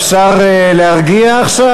אפשר להרגיע עכשיו?